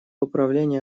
управления